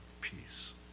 peace